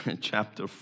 chapter